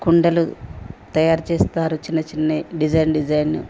కుండలు తయారు చేస్తారు చిన్న చిన్నవి డిజైన్ డిజైన్